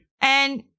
And-